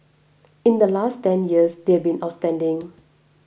in the last ten years they've been outstanding